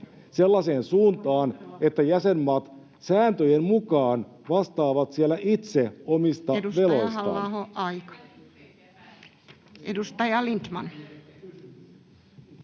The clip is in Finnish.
sellaiseen suuntaan, että jäsenmaat sääntöjen mukaan vastaavat siellä itse omista veloistaan?